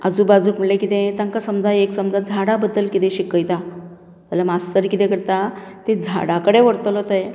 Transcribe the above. आजू बाजूक म्हळ्यार कितें ताका समजा एक समजात झाडा बद्दल कितें शिकयता जाल्यार मास्टर कितें करता ते झाडा कडेन व्हरतलो थंय